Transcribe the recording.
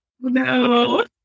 No